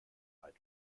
weit